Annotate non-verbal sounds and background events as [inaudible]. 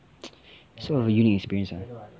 [noise] so a unique experience